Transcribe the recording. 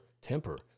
temper